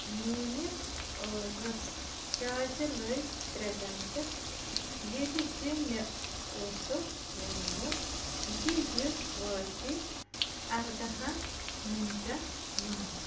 میٛٲنِس آرڈرَس کیٛازِ لٔگۍ ترٛےٚ گھَنٛٹہٕ ییٚلہِ زِ مےٚ اوسُکھ ووٚنمُت زِ یہِ واتہِ ارداہَن مِنٹَن منٛز